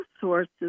sources